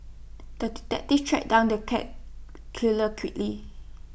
the detective tracked down the cat killer quickly